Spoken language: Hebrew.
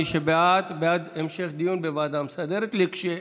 מי שבעד, בעד המשך דיון בוועדה המסדרת, כשתקום.